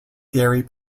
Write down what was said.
theory